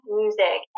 music